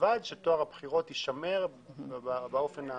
ובלבד שטוהר הבחירות ישמר באופן המיטבי.